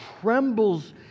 trembles